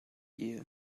year